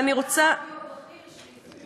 ושדר רדיו בכיר שהסביר